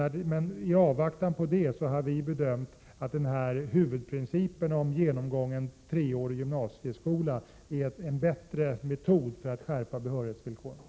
I avvaktan på det har vi bedömt att huvudprincipen om genomgången treårig gymnasieskola är en bättre metod om man vill skärpa behörighetsvillkoren.